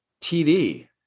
TD